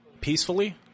peacefully